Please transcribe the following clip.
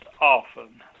often